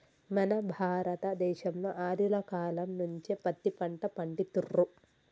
మన భారత దేశంలో ఆర్యుల కాలం నుంచే పత్తి పంట పండిత్తుర్రు